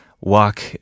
walk